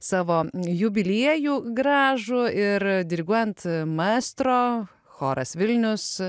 savo jubiliejų gražų ir diriguojant maestro choras vilnius